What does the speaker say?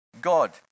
god